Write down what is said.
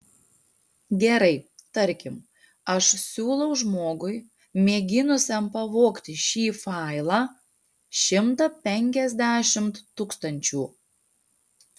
gerai tarkim aš siūlau žmogui mėginusiam pavogti šį failą šimtą penkiasdešimt tūkstančių